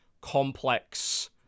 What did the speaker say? complex